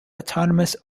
autonomous